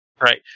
Right